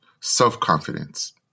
self-confidence